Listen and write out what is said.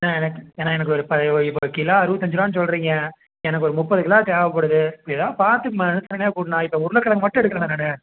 அண்ணா எனக் அண்ணா எனக்கு ஒரு ப ஒரு ஒரு கிலோ அறுபத்தஞ்சிருவான்னு சொல்லுறீங்க எனக்கு ஒரு முப்பது கிலோ தேவைப்படுது எதாவது பார்த்து மனுசர்னயா கொடுண்ணா இப்போ உருளைக்கிழங்கு மட்டும் எடுக்கல அண்ணா நான்